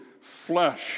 flesh